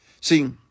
See